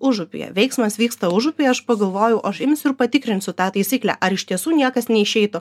užupyje veiksmas vyksta užupyje aš pagalvojau aš imsiu ir patikrinsiu tą taisyklę ar iš tiesų niekas neišeitų